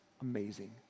amazing